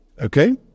Okay